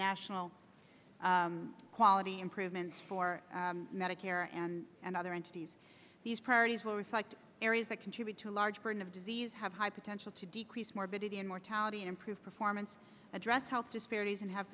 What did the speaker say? national quality improvement for medicare and and other entities these priorities will reflect areas that contribute to a large burden of disease have high potential to decrease morbidity and mortality and improve performance address health disparities and have